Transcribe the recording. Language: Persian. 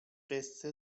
قصه